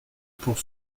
pour